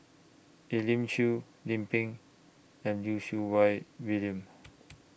Elim Chew Lim Pin and Lim Siew Wai William